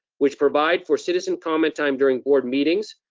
which provide for citizen comment time during board meetings.